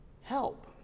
Help